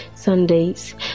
Sundays